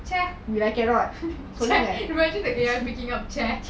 chair imagine the picking up chair